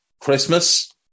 Christmas